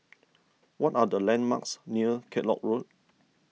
what are the landmarks near Kellock Road